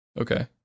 Okay